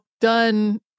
done